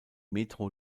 metro